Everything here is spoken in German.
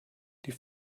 die